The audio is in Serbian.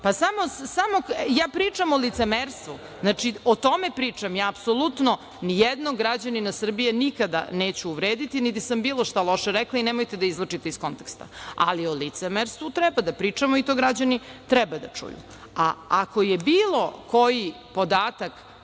vazduh. Ja pričao o licemerstvu. Znači, o tome pričam. Ja apsolutno nijednog građanina Srbije nikada neću uvrediti, niti sam bilo šta loše rekla i nemojte da izvlačite iz konteksta, ali o licemerstvu treba da pričamo i to građani treba da čuju, a ako je bilo koji podatak